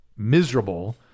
miserable